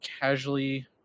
casually